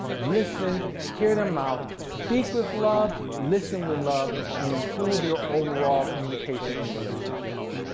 listen, hear them out, speak with love, listen with love, and improve your overall communication in relationships.